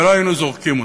ולא היינו זורקים אותם.